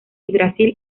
brasil